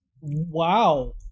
Wow